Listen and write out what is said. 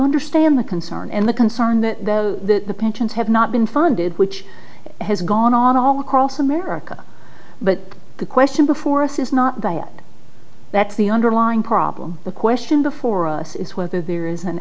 understand the concern and the concern that the contents have not been funded which has gone on all across america but the question before us is not dying that's the underlying problem the question before us is whether there is an